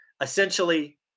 Essentially